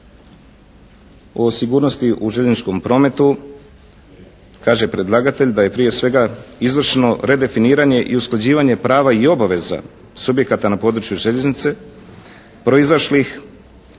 o sigurnosti u željezničkom prometu kaže predlagatelj, da je prije svega izvršeno redefiniranje i usklađivanje prava i obaveza subjekata na području željeznice proizašlih